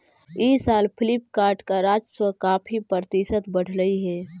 इस साल फ्लिपकार्ट का राजस्व काफी प्रतिशत बढ़लई हे